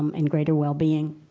um and greater well-being